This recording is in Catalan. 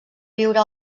viure